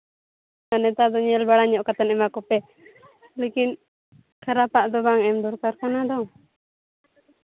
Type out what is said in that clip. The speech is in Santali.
ᱱᱮᱛᱟᱨ ᱫᱚ ᱧᱮᱞ ᱵᱟᱲᱟ ᱠᱟᱛᱮ ᱮᱢᱟ ᱠᱚᱯᱮ ᱞᱮᱠᱤᱱ ᱠᱷᱟᱨᱟᱯᱟᱜ ᱫᱚ ᱵᱟᱝ ᱮᱢ ᱫᱚᱨᱠᱟᱨ ᱠᱟᱱᱟ ᱫᱚ